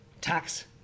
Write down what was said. tax